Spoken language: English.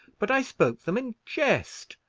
but i spoke them in jest.